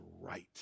right